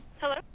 Hello